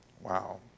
Wow